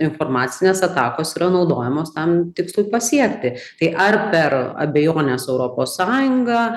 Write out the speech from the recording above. informacinės atakos yra naudojamos tam tikslui pasiekti tai ar per abejones europos sąjunga